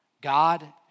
God